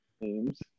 names